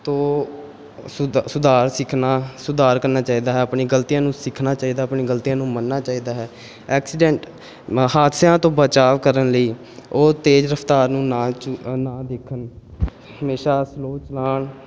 ਤੋਂ ਸੁਧਾ ਸੁਧਾਰ ਸਿੱਖਣਾ ਸੁਧਾਰ ਕਰਨਾ ਚਾਹੀਦਾ ਹੈ ਆਪਣੀ ਗਲਤੀਆਂ ਨੂੰ ਸਿੱਖਣਾ ਚਾਹੀਦਾ ਆਪਣੀ ਗਲਤੀਆਂ ਨੂੰ ਮੰਨਣਾ ਚਾਹੀਦਾ ਹੈ ਐਕਸੀਡੈਂਟ ਹਾਦਸਿਆਂ ਤੋਂ ਬਚਾਅ ਕਰਨ ਲਈ ਉਹ ਤੇਜ਼ ਰਫ਼ਤਾਰ ਨੂੰ ਨਾਲ ਨਾ ਦੇਖਣ ਹਮੇਸ਼ਾ ਸਲੋ ਚਲਾਉਣ